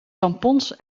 tampons